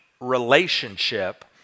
relationship